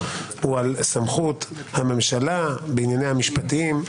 הוא על סמכות הממשלה בענייניה המשפטיים.